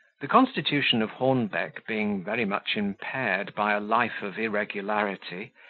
the constitution of hornbeck being very much impaired by a life of irregularity,